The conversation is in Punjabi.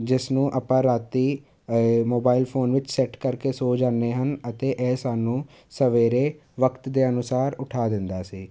ਜਿਸ ਨੂੰ ਆਪਾਂ ਰਾਤੀਂ ਮੋਬਾਇਲ ਫੋਨ ਵਿੱਚ ਸੈੱਟ ਕਰਕੇ ਸੌ ਜਾਦੇ ਹਨ ਅਤੇ ਇਹ ਸਾਨੂੰ ਸਵੇਰੇ ਵਕਤ ਦੇ ਅਨੁਸਾਰ ਉਠਾ ਦਿੰਦਾ ਸੀ